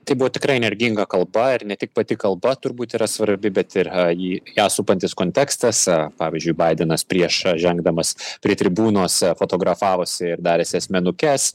tai buvo tikrai energinga kalba ir ne tik pati kalba turbūt yra svarbi bet ir jį ją supantis kontekstas pavyzdžiui baidenas prieš žengdamas prie tribūnos fotografavosi ir darėsi asmenukes